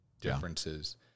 differences